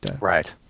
Right